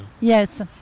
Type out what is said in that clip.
Yes